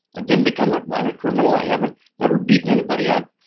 ah didn't become a violent criminal. i haven't ever beaten anybody up.